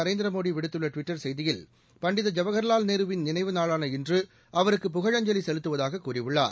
நரேந்திரமோடி விடுத்துள்ள டுவிட்டர் செய்தியில் பண்டித ஜவஹ்வால் நேருவின் நினைவு நாளான இன்று அவருக்கு புகழஞ்சலி செலுத்துவதாக கூறியுள்ளார்